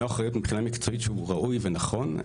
מלוא האחריות מבחינה מקצועית שהוא ראוי ונכון,